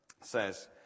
says